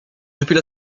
depuis